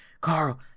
Carl